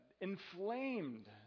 inflamed